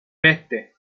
peste